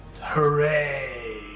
Hooray